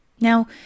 Now